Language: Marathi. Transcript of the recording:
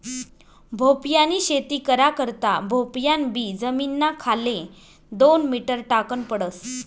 भोपयानी शेती करा करता भोपयान बी जमीनना खाले दोन मीटर टाकन पडस